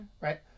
right